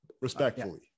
respectfully